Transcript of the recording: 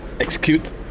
Execute